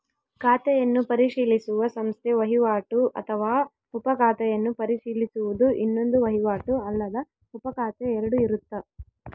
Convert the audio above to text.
ಖಾತೆಯನ್ನು ಪರಿಶೀಲಿಸುವ ಸಂಸ್ಥೆ ವಹಿವಾಟು ಅಥವಾ ಉಪ ಖಾತೆಯನ್ನು ಪರಿಶೀಲಿಸುವುದು ಇನ್ನೊಂದು ವಹಿವಾಟು ಅಲ್ಲದ ಉಪಖಾತೆ ಎರಡು ಇರುತ್ತ